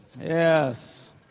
Yes